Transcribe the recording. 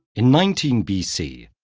in nineteen b c,